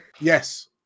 Yes